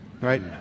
right